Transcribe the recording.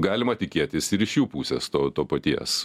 galima tikėtis ir iš jų pusės to to paties